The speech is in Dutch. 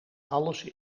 alles